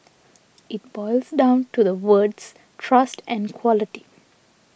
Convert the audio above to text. it boils down to the words trust and quality